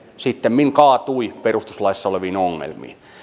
sittemmin kaatui perustuslaissa oleviin ongelmiin